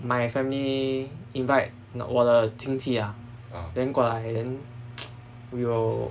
my family invite 我的亲戚 ah then 过来 then we will